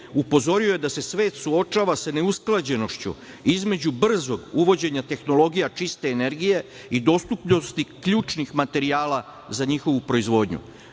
upozorio je da se svet suočava sa neusklađenošću između brzog uvođenja tehnologija čiste energije i dostupnosti ključnih materijala za njihovu proizvodnju.Za